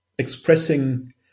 expressing